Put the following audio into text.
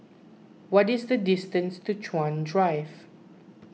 what is the distance to Chuan Drive